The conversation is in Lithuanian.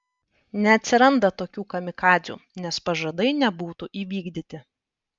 neatsiranda tokių kamikadzių nes pažadai nebūtų įvykdyti